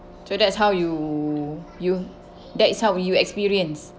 so that's how you you that is how you experience